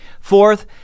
Fourth